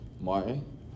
Martin